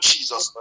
Jesus